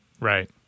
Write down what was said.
Right